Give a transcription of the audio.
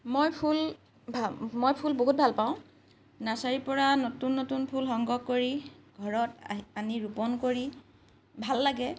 মই ফুল ভা মই ফুল বহুত ভাল পাওঁ নাৰ্ছাৰীৰ পৰা নতুন নতুন ফুল সংগ্ৰহ কৰি ঘৰত আহি আনি ৰোপন কৰি ভাল লাগে